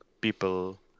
people